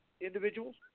individuals